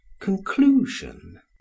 Conclusion